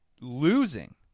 losing